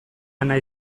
ana